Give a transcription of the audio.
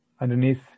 underneath